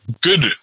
good